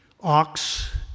ox